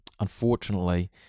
unfortunately